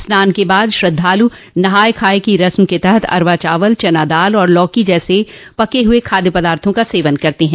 स्नान करने के बाद श्रद्धालु नहाय खाए की रस्म के तहत अरवा चावल चना दाल और लौकी जैसे पके हुए खाद्य पदार्थों का सेवन करते हैं